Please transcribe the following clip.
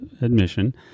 admission